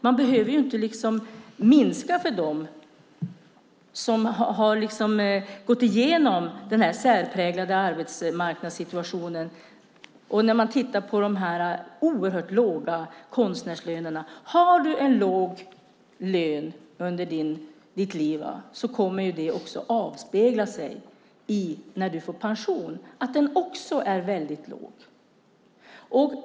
Man behöver inte minska för dem som har gått igenom denna särpräglade arbetsmarknadssituation och har de oerhört låga konstnärslönerna. Har du en låg lön under ditt liv kommer det också att avspegla sig när du får pension. Den blir också väldigt låg.